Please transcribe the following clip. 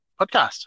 podcast